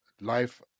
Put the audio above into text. Life